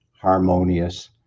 harmonious